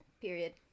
Period